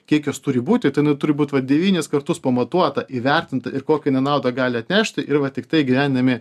kiek jos turi būti tai jinai turi būt vat devynis kartus pamatuota įvertinta ir kokią jinai naudą gali atnešti ir va tiktai įgyvendinami